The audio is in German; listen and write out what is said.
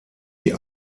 die